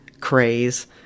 craze